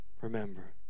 Remember